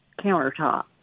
countertop